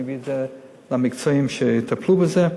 אני אעביר את זה לגורמים המקצועיים שיטפלו בזה.